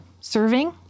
Serving